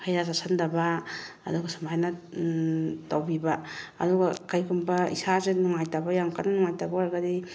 ꯍꯩꯔꯥ ꯆꯥꯁꯤꯟꯗꯕ ꯑꯗꯨꯒ ꯁꯨꯃꯥꯏꯅ ꯇꯧꯕꯤꯕ ꯑꯗꯨꯒ ꯀꯔꯤꯒꯨꯝꯕ ꯏꯁꯥꯁꯦ ꯅꯨꯡꯉꯥꯏꯇꯕ ꯌꯥꯝ ꯀꯟ ꯅꯨꯡꯉꯥꯏꯇꯕ ꯑꯣꯏꯔꯒꯗꯤ